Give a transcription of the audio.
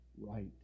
right